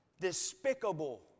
despicable